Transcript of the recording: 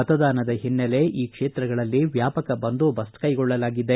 ಮತದಾನದ ಹಿನ್ನೆಲೆ ಈ ಕ್ಷೇತ್ರಗಳಲ್ಲಿ ವ್ಯಾಪಕ ಬಂದೊಬಸ್ತ ಕೈಗೊಳ್ಳಲಾಗಿದೆ